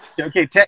okay